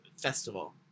festival